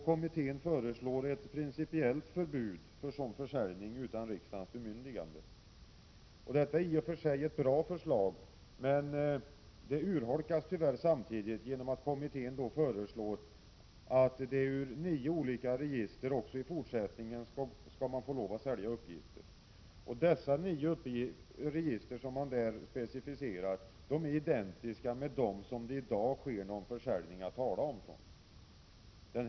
Kommittén föreslår ett principiellt förbud för sådan försäljning utan riksdagens bemyndigande. Detta är i och för sig ett bra förslag, men det urholkas tyvärr samtidigt, genom att kommittén föreslår att man ur nio olika register också i fortsättningen skall få lov att sälja uppgifter. De nio register som man specificerar är identiska med dem som det redan i dag sker någon försäljning att tala om ifrån.